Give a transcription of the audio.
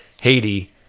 Haiti